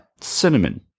cinnamon